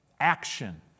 action